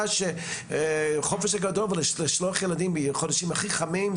של החופש הגדול שיוצא בחודשים הכי חמים,